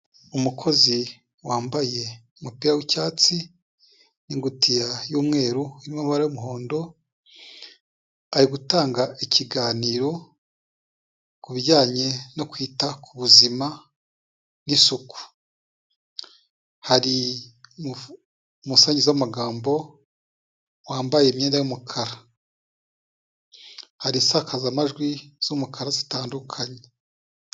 Umukozi wambaye umupira w'icyatsi, ingutiya y'umweru irimo amabara y'umuhondo, ari gutanga ikiganiro kubijyanye no kwita ku buzima n'isuku, hari umusangiza w'amagambo wambaye imyenda y'umukara, hari isakazamajwi z'umukara, zitandukanye.